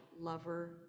lover